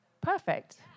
perfect